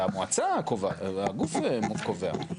והגוף קובע.